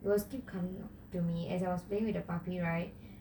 will keep coming to me as I was playing with the puppy right